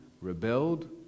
rebelled